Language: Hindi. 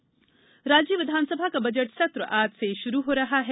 बजट राज्य विधानसभा का बजट सत्र आज से शुरू हो रहा है